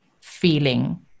feeling